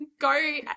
go